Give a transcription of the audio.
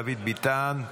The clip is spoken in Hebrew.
בשם חבר הכנסת דוד ביטן.